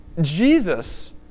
Jesus